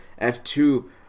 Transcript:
F2